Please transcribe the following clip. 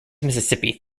mississippi